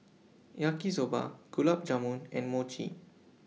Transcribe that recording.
Yaki Soba Gulab Jamun and Mochi